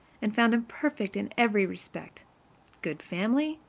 and found him perfect in every respect good family,